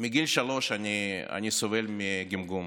מגיל שלוש אני סובל מגמגום.